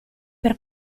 per